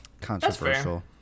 controversial